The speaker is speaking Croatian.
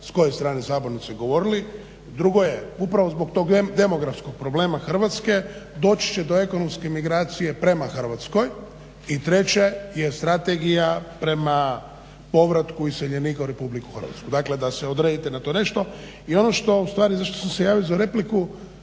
s koje strane sabornice govorili. Drugo je upravo zbog tog demografskog problema Hrvatske doći će do ekonomske migracije prema Hrvatskoj. I treće je Strategija prema povratku iseljenika u Republiku Hrvatsku. Dakle, da se odredite na to nešto i ono što u stvari za što sam se javio za repliku